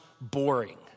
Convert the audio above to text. boring